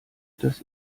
das